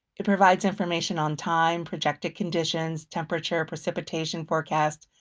it provides information on time, projected conditions, temperature, precipitation forecast,